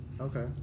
Okay